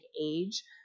age